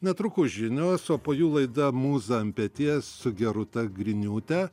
netrukus žinios o po jų laida mūza ant peties su gerūta griniūte